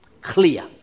Clear